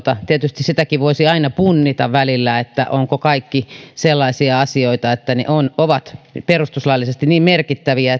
tietysti sitäkin voisi aina punnita välillä ovatko kaikki sellaisia asioita että ne ovat perustuslaillisesti niin merkittäviä